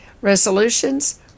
resolutions